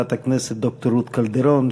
חברת הכנסת ד"ר רות קלדרון,